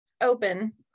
open